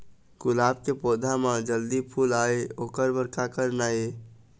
गुलाब के पौधा म जल्दी फूल आय ओकर बर का करना ये?